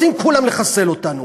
רוצים כולם לחסל אותנו.